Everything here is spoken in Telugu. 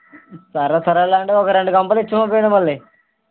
సరే సరేలేండి ఒక రెండు గంపలు ఇచ్చి పంపించండి మళ్ళీ